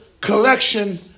collection